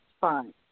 fine